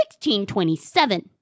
1627